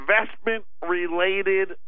investment-related